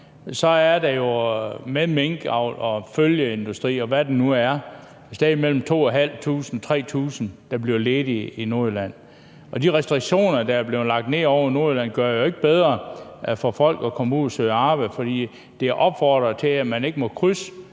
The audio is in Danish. Der er jo så med minkavl og følgeindustrier, og hvad det nu er, et sted mellem 2.500 og 3.000, der bliver ledige i Nordjylland, og de restriktioner, der er blevet lagt ned over Nordjylland, gør det jo ikke bedre for folk at komme ud at søge arbejde. For der er blevet opfordret til, at man ikke må krydse